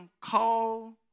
call